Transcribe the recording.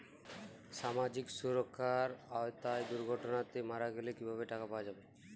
সামাজিক সুরক্ষার আওতায় দুর্ঘটনাতে মারা গেলে কিভাবে টাকা পাওয়া যাবে?